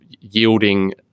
yielding